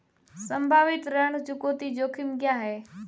संभावित ऋण चुकौती जोखिम क्या हैं?